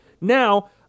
Now